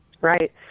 right